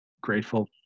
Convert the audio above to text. grateful